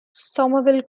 somerville